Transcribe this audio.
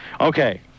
Okay